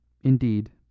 indeed